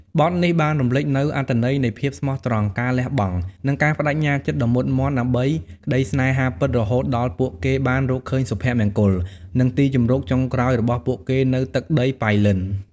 បទនេះបានរំលេចនូវអត្ថន័យនៃភាពស្មោះត្រង់ ការលះបង់ និងការប្តេជ្ញាចិត្តដ៏មុតមាំដើម្បីក្តីស្នេហាពិត រហូតដល់ពួកគេបានរកឃើញសុភមង្គល និងទីជម្រកចុងក្រោយរបស់ពួកគេនៅទឹកដីប៉ៃលិន។